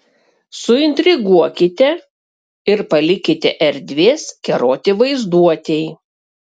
suintriguokite ir palikite erdvės keroti vaizduotei